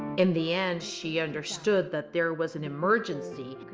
in the end, she understood that there was an emergency,